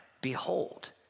behold